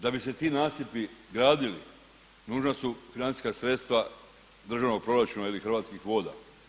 Da bi se ti nasipi gradili nužna su financijska sredstva državnog proračuna ili Hrvatskih voda.